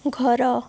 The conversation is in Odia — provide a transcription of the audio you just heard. ଘର